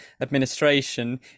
administration